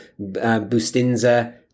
Bustinza